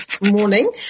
morning